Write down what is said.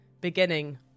Beginning